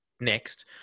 next